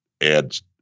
adds